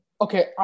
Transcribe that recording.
Okay